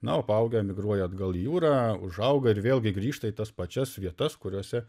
na o paaugę migruoja atgal į jūrą užauga ir vėlgi grįžta į tas pačias vietas kuriose